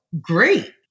great